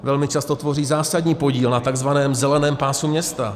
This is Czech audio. Velmi často tvoří zásadní podíl na takzvaném zeleném pásu města.